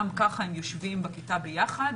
גם ככה הם יושבים בכיתה ביחד.